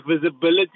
visibility